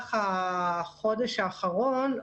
ובמהלך החודש האחרון,